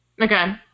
Okay